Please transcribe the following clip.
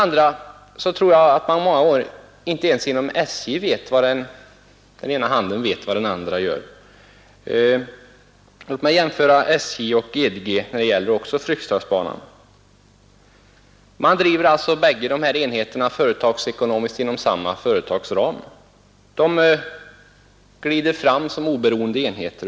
Jag tror inte att ens inom SJ vet den ena handen vad den andra gör. Låt mig jämföra SJ och GDG när det gäller Fryksdalsbanan. Bägge dessa enheter drivs företagsekonomiskt inom samma ram. De drivs såsom av varandra oberoende enheter.